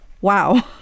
wow